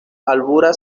albura